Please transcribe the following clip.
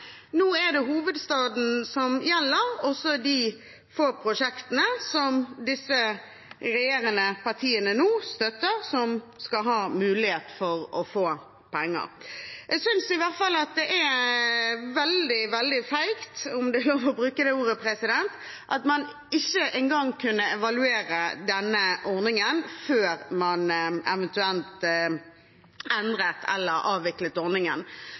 de få prosjektene som de regjerende partiene nå støtter, som skal ha mulighet for å få penger. Jeg synes i hvert fall at det er veldig, veldig feigt – om det er lov å bruke det ordet – at man ikke engang kunne evaluere denne ordningen før man eventuelt endret eller avviklet